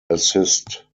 assist